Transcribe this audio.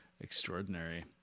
extraordinary